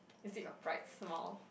is it your bright smile